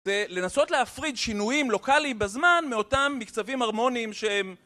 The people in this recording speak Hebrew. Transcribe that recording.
ולנסות להפריד שינויים לוקאליים בזמן מאותם מקצבים הרמוניים שהם